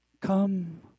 Come